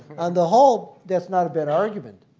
on the whole, that's not a bad argument.